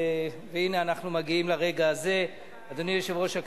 אדוני היושב-ראש,